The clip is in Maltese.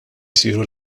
jsiru